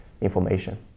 information